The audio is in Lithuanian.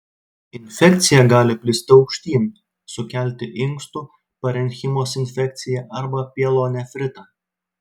infekcija gali plisti aukštyn sukelti inkstų parenchimos infekciją arba pielonefritą